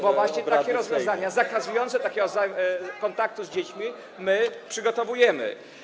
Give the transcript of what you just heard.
Bo właśnie takie rozwiązania, zakazujące kontaktu z dziećmi, my przygotowujemy.